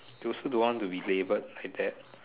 you also don't want to be labelled like that